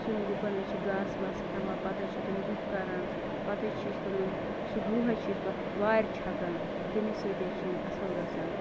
سٲنٛۍ گُپَن حظ چھِ گاسہٕ واسہٕ کھیٚوان پتہٕ حظ چھِ تم گُہہ کران پتہٕ حظ چھِ أسۍ تمن سُہ گُہہ حظ چھِ وارِ چھَکان تمے سۭتۍ حظ چھِ یِم اصل گَژھان